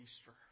Easter